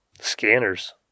scanners